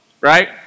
Right